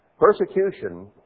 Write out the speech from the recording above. Persecution